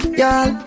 Y'all